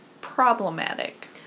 problematic